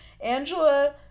Angela